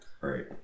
Right